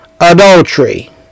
Adultery